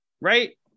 right